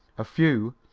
a few,